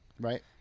right